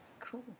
cool